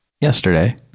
Yesterday